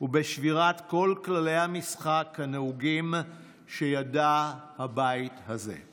ובשבירת כל כללי המשחק הנהוגים שידע הבית הזה.